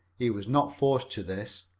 he was not forced to this.